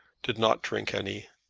did not drink any.